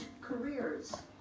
careers